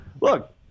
Look